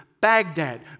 Baghdad